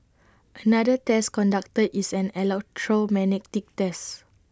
another test conducted is an electromagnetic test